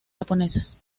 japonesas